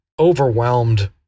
Overwhelmed